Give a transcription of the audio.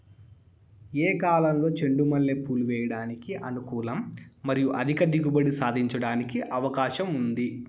ఏ కాలంలో చెండు మల్లె పూలు వేయడానికి అనుకూలం మరియు అధిక దిగుబడి సాధించడానికి అవకాశం ఉంది?